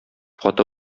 каты